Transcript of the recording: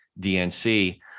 DNC